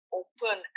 open